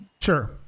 sure